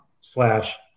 slash